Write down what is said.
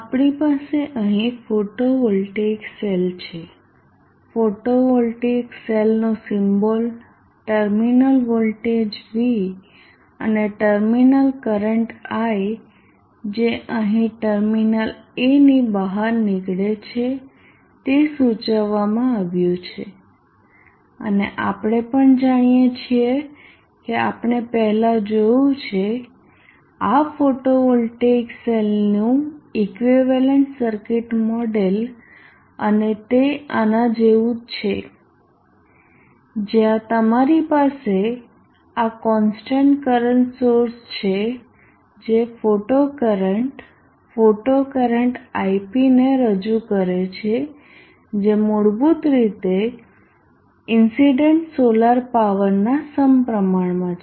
આપણી પાસે અહીં ફોટોવોલ્ટેઇક સેલ છે ફોટોવોલ્ટેઇક સેલનો સિમ્બોલ ટર્મિનલ વોલ્ટેજ v અને ટર્મિનલ કરંટ i જે અહીં ટર્મિનલ a ની બહાર નીકળે છે તે સૂચવવામાં આવ્યું છે અને આપણે પણ જાણીએ છીએ કે આપણે પહેલાં જોયું છે આ ફોટોવોલ્ટેઇક સેલનું ઇક્વિવેલન્ટ સર્કિટ મોડેલ અને તે આના જેવું છે જ્યાં તમારી પાસે આ કોન્સ્ટન્ટ કરંટ સોર્સ છે જે photo current photo current ip ને રજૂ કરે છે જે મૂળભૂત રીતે ઇન્સીડન્ટ સોલાર પાવરના સમપ્રમાણ માં છે